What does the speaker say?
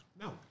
No